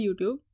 YouTube